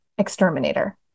Exterminator